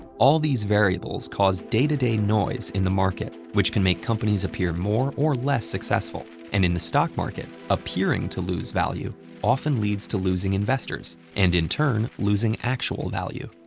all these variables cause day-to-day noise in the market, which can make companies appear more or less successful. and in the stock market, appearing to lose value often leads to losing investors, and in turn, losing actual value.